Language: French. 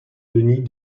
denis